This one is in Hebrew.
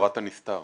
תורת הנסתר.